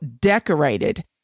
decorated